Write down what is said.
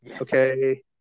Okay